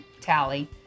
Tally